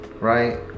right